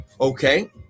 Okay